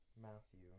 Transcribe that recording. Matthew